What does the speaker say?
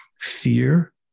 fear